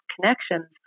connections